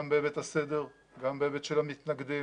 גם בהיבט הסדר, גם בהיבט של המתנגדים.